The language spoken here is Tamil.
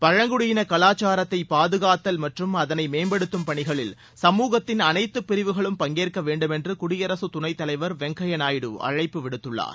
பழங்குடியின கலாச்சாரத்தை பாதுகாத்தல் மற்றும் அதனை மேம்படுத்தும் பணிகளில் சமூகத்தின் அனைத்து பிரிவுகளும் பங்கேற்க வேண்டும் என்று குடியரகத் துணைத் தலைவர் வெங்கையா நாயுடு அழைப்பு விடுத்துள்ளார்